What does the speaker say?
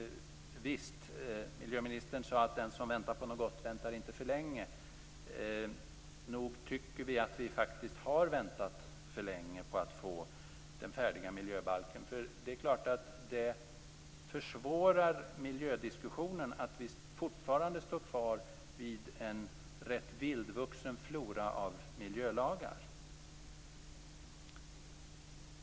Miljöministern sade då att den som väntar på något gott väntar aldrig för länge. Nog tycker jag att vi har väntat för länge på att få en färdig miljöbalk. Det försvårar miljödiskussionen att vi fortfarande står kvar vid en rätt så vildvuxen flora av miljölagar.